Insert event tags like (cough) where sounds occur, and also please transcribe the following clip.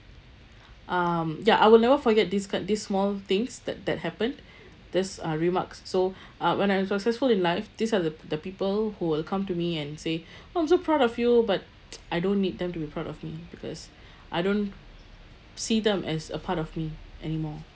um ya I will never forget this ki~ this small things that that happened (breath) this uh remarks so uh when I'm successful in life these are the the people who will come to me and say (breath) oh I'm so proud of you but (noise) I don't need them to be proud of me because I don't see them as a part of me anymore